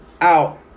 out